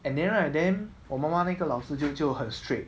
and then right then 我妈妈那个老师就就很 strict